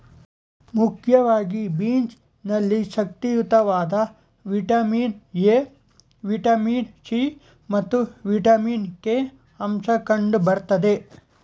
ಮುಖ್ಯವಾಗಿ ಬೀನ್ಸ್ ನಲ್ಲಿ ಶಕ್ತಿಯುತವಾದ ವಿಟಮಿನ್ ಎ, ವಿಟಮಿನ್ ಸಿ ಮತ್ತು ವಿಟಮಿನ್ ಕೆ ಅಂಶ ಕಂಡು ಬರ್ತದೆ